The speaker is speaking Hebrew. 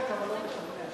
אדוני צודק אבל לא משכנע.